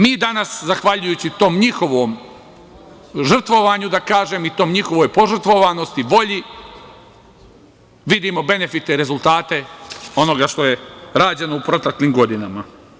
Mi danas zahvaljujući tom njihovom žrtvovanju, da kažem, i toj njihovoj požrtvovanosti, volji vidimo benefite i rezultate onoga što je rađeno u proteklim godinama.